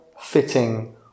fitting